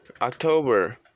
October